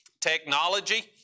technology